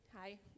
Hi